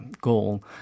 goal